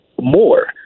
more